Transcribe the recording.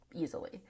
easily